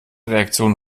reaktionen